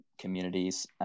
communities